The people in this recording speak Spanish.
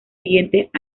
siguientes